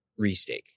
restake